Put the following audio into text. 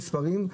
במספרים,